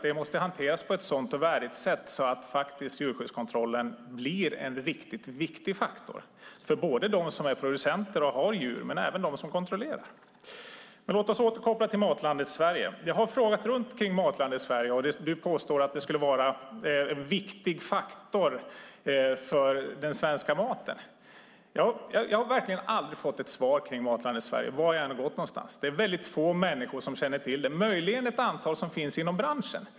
De måste hanteras på ett så värdigt sätt att djurskyddskontrollen blir en viktig faktor för både producenter och dem som kontrollerar. Låt oss återkoppla till frågan om Matlandet Sverige. Jag har frågat runt om Matlandet Sverige. Åsa Coenraads påstår att det är en viktig faktor för den svenska maten. Jag har verkligen aldrig fått ett svar om Matlandet Sverige - var jag än har varit någonstans. Det är få människor som känner till det - möjligen ett antal som finns inom branschen.